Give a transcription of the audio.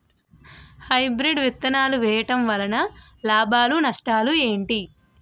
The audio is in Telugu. హైబ్రిడ్ విత్తనాలు వేయటం వలన లాభాలు నష్టాలు ఏంటి?